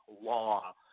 law